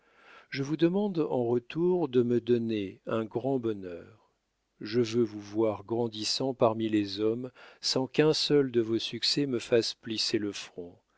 je vous demande en retour de me donner un grand bonheur je veux vous voir grandissant parmi les hommes sans qu'un seul de vos succès me fasse plisser le front